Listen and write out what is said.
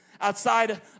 outside